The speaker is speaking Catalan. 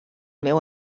meu